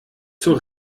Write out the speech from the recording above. zur